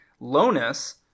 Lonus